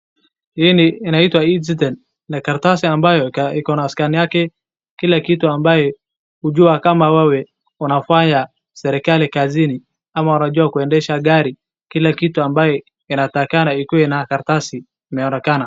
Hii inaitwa e-citizen , ni karatasi ambayo iko na scan yake, kila kitu ambaye kujua kama wewe unafanya serikali kazini ama unajua kuendesha gari, kila kitu ambaye inatakikana ikuwe na karatasi inaonekana.